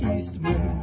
Eastman